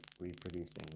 reproducing